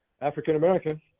African-American